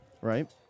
Right